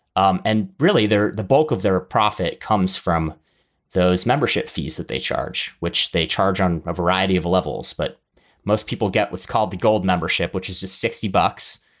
um and really they're the bulk of their profit comes from those membership fees that they charge, which they charge on a variety of levels. but most people get what's called the gold membership, which is just sixty bucks,